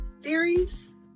theories